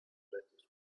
twenty